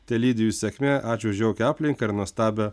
telydi jus sėkmė ačiū už jaukią aplinką ir nuostabią